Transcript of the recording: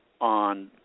on